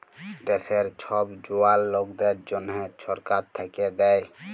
দ্যাশের ছব জয়াল লকদের জ্যনহে ছরকার থ্যাইকে দ্যায়